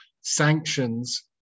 sanctions